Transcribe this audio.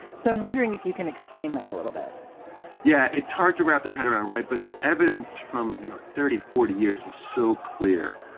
so i'm wondering if you can explain that a little bit yeah it's hard to wrap their head around right. but the evidence from you know thirty forty years is so clear.